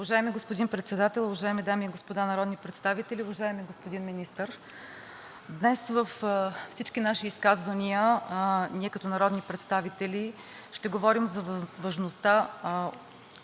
Уважаеми господин Председател, уважаеми дами и господа народни представители, уважаеми господин Министър! Днес във всички наши изказвания ние като народни представители ще говорим за важността